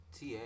TA